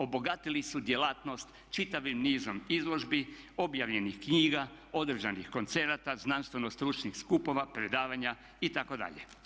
Obogatili su djelatnost čitavim nizom izložbi, objavljenih knjiga, održanih koncerata, znanstveno-stručnih skupova, predstavanja itd.